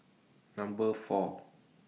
Number four